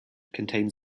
contains